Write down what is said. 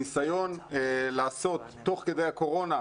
הניסיון לעשות תוך כדי הקורונה,